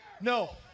No